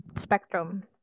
spectrum